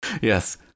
Yes